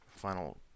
final